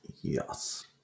Yes